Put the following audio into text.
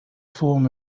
form